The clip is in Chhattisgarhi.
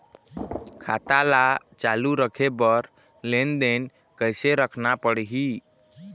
खाता ला चालू रखे बर लेनदेन कैसे रखना पड़ही?